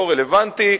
לא רלוונטי.